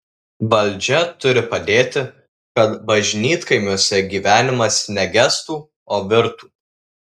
valdžia turi padėti kad bažnytkaimiuose gyvenimas ne gestų o virtų